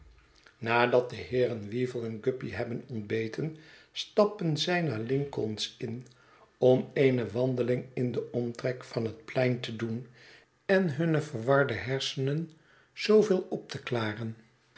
nadat de heeren weevle en guppy hebben ontbeten stappen zij naar lincoln's inn om eene wandeling in den omtrek van het plein te doen en hunne verwarde hersenen zooveel op te klaren